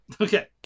Okay